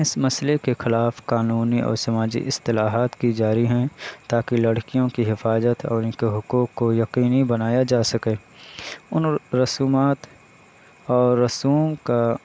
اس مسئلے کے خلاف قانونی اور سماجی اصطلاحات کی جا رہی ہیں تاکہ لڑکیوں کی حفاظت اور ان کے حقوق کو یقینی بنایا جا سکے ان رسومات اور رسوم کا